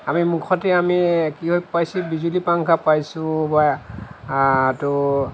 আমি মুখতে আমি কিবা পাইছোঁ বিজুলী পাংখা পাইছোঁ বা তো